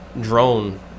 drone